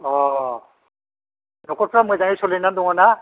अ नखरफ्रा मोजाङै सोलिना दंना